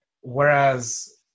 whereas